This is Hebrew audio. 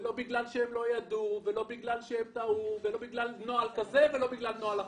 לא בגלל שהם לא ידעו או שהם טעו ולא בגלל נוהל כזה או נוהל אחר.